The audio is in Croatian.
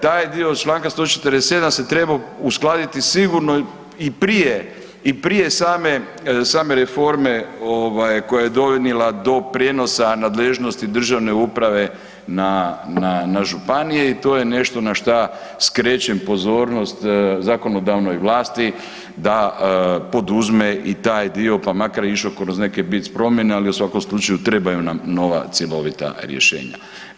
Taj dio čl. 147. se treba uskladiti sigurno i prije same reforme koja je dovela do prijenosa nadležnosti državne uprave na županije i to je nešto na šta skrećem pozornost zakonodavnoj vlasti da poduzme i taj dio pa makar išao kroz neke blic promjene, ali u svakom slučaju trebaju nam nova cjelovita rješenja.